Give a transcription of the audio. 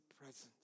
Presence